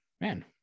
Man